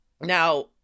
Now